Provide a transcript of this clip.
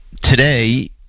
today